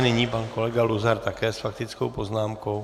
Nyní pan kolega Luzar také s faktickou poznámkou.